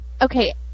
okay